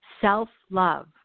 Self-love